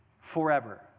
forever